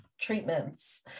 Treatments